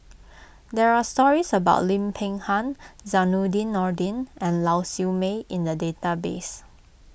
there are stories about Lim Peng Han Zainudin Nordin and Lau Siew Mei in the database